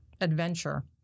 adventure